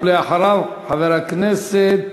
אחריו, חבר הכנסת